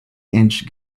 inch